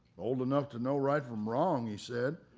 old enough to know right from wrong, he said.